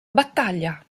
battaglia